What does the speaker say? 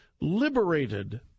liberated